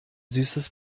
süßes